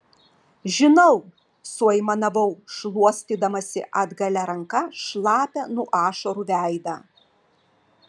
žinau suaimanavau šluostydamasi atgalia ranka šlapią nuo ašarų veidą